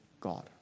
God